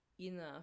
enough